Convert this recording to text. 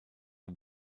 aux